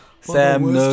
sam